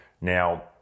Now